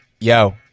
yo